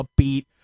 upbeat